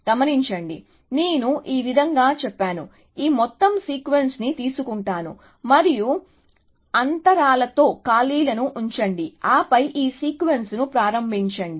గమనించండి నేను ఈ విధంగా చెప్పాను ఈ మొత్తం సీక్వెన్స్ ని తీసుకుంటాను మరియు అంతరాలతో ఖాళీలను ఉంచండి ఆపై ఈ సీక్వెన్స్ ని ప్రారంభించండి